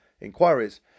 inquiries